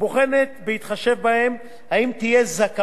האם תהיה זכאות לפטור על הקצבה המזכה.